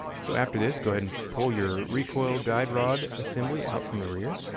so, after this, go ahead and pull your recoil guide rod assembly out from the rear.